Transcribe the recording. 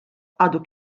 għadu